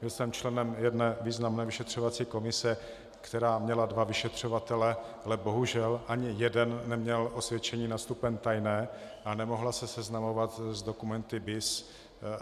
Byl jsem členem jedné významné vyšetřovací komise, která měla dva vyšetřovatele, ale bohužel ani jeden neměl osvědčení na stupeň tajné a nemohl se seznamovat s dokumenty BIS